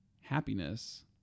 happiness